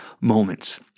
moments